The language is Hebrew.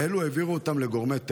ואלו העבירו אותם לגורמי טרור.